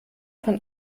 von